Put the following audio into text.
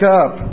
up